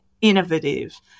innovative